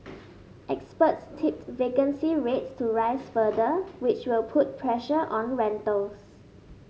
experts tipped vacancy rates to rise further which will put pressure on rentals